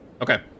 okay